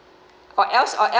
or else or else